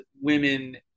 women